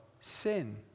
sin